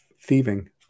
thieving